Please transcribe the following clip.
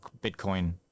bitcoin